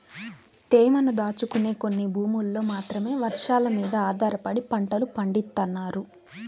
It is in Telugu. తేమను దాచుకునే కొన్ని భూముల్లో మాత్రమే వర్షాలమీద ఆధారపడి పంటలు పండిత్తన్నారు